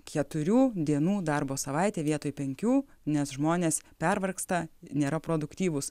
keturių dienų darbo savaitę vietoj penkių nes žmonės pervargsta nėra produktyvūs